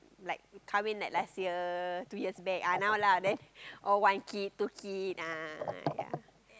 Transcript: all kahwin like last year two years back ah now lah then all one kid two kid ah yea